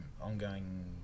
ongoing